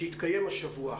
שיתקיים השבוע,